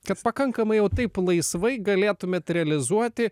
kad pakankamai jau taip laisvai galėtumėt realizuoti